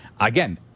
Again